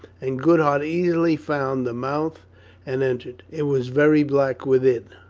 and good' hart easily found the mouth and entered. it was very black within.